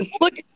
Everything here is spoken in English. Look